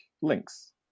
links